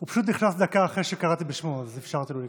הוא פשוט נכנס דקה אחרי שקראתי בשמו אז אפשרתי לו להיכנס.